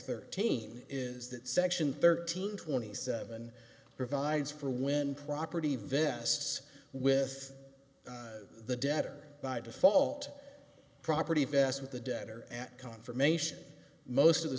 thirteen is that section thirteen twenty seven provides for when property vests with the debtor by default property fast with the debtor at confirmation most of the